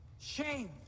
Shame